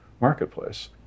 marketplace